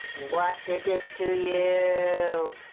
what did this to you?